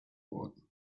worden